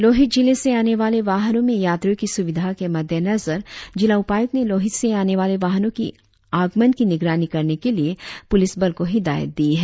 लोहित जिले से आने वाले वाहनों में यात्रियों की सुविधा के मद्देनजर जिला उपायुक्त ने लोहित से आने वाले वाहनों की आगमन की निगरानी करने के लिए पुलिस बल को हिदायत दी है